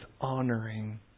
honoring